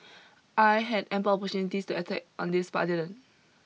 I had ample opportunities to attack on this but I didn't